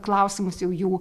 klausimus jau jų